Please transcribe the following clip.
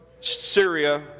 Syria